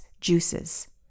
juices